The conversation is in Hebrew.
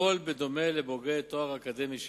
הכול בדומה לבוגרי תואר אקדמי שני.